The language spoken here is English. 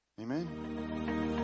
Amen